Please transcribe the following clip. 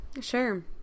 Sure